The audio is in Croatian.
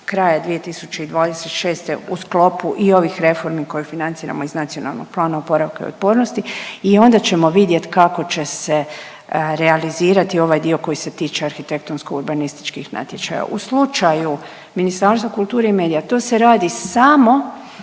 kraja 2026. u sklopu i ovih reformi koje financiramo iz NPOO-a i onda ćemo vidjet kako će se realizirati ovaj dio koji se tiče arhitektonsko-urbanističkih natječaja. U slučaju Ministarstva kulture i medija to se radi samo